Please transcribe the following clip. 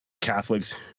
Catholics